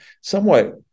somewhat